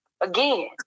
again